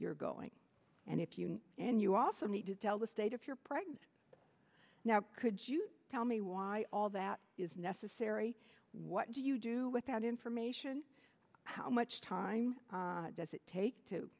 you're going and if you and you also need to tell the state if you're pregnant now could you tell me why all that is necessary what do you do with that information how much time does it take to